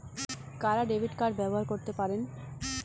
কারা debit card ব্যবহার করতে পারেন?